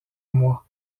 mois